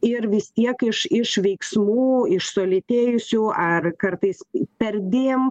ir vis tiek iš iš veiksmų iš sulėtėjusių ar kartais perdėm